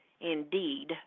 Indeed